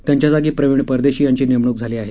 त्यांच्या जागी प्रवीण परदेशी यांची नेमणूक झाली आहे